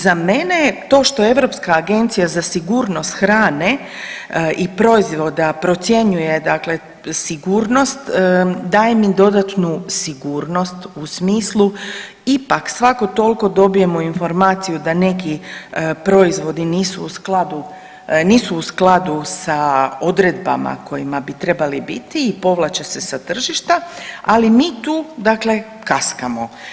Za mene to što Europska agencija za sigurnost hrane i proizvoda procjenjuje dakle sigurnost, daje mi dodatnu sigurnost u smislu, ipak svako toliko dobijemo informaciju da neki proizvodi nisu u skladu sa odredbama kojima bi trebali biti i povlače se sa tržišta, ali mi tu dakle kaskamo.